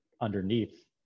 underneath